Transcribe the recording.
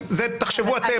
תחשבו אתם.